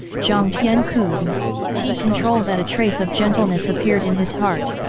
jiang tian couldn t control that a trace of gentleness appeared in his heart.